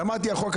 החוק הזה